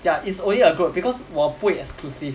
ya it's only a group because 我不会 exclusive